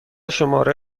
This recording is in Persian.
شماره